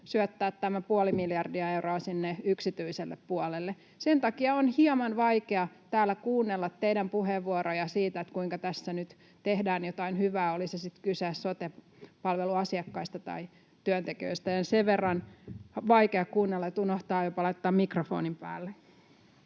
syöttää tämä puoli miljardia euroa sinne yksityiselle puolelle. Sen takia on hieman vaikea täällä kuunnella teidän puheenvuorojanne siitä, kuinka tässä nyt tehdään jotain hyvää, oli sitten kyse sote-palvelujen asiakkaista tai työntekijöistä — sen verran vaikea kuunnella, että unohtaa jopa laittaa mikrofonin päälle.